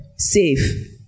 safe